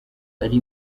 ari